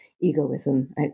egoism